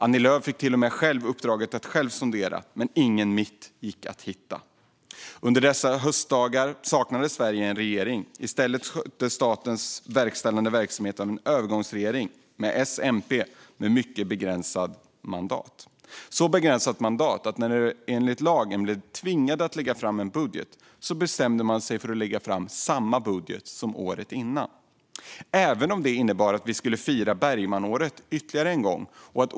Annie Lööf fick till och med själv uppdraget att sondera, men ingen mitt gick att hitta. Under dessa höstdagar saknade Sverige regering. I stället sköttes statens verkställande verksamhet av en övergångsregering med S och MP med mycket begränsat mandat. Mandatet var så begränsat att när övergångsregeringen enligt lagen blev tvingade att lägga fram en budget bestämde man sig för att lägga fram samma budget som året innan, även om det innebar att vi skulle fira Bergmanåret ytterligare en gång.